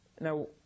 Now